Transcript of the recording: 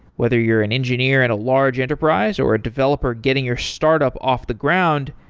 whether you're an engineer at a large enterprise, or a developer getting your startup off the ground,